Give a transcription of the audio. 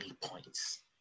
points